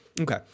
Okay